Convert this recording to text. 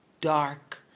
dark